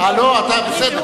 לא, לא.